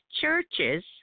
churches